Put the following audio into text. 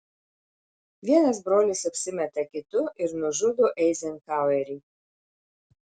vienas brolis apsimeta kitu ir nužudo eizenhauerį